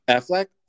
Affleck